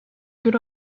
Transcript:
good